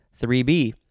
3B